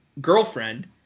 girlfriend